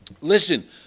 Listen